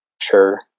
sure